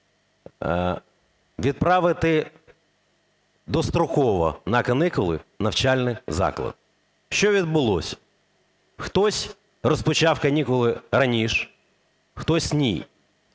відправити достроково на канікули навчальні заклади. Що відбулось? Хтось розпочав канікули раніше, хтось ні.